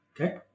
Okay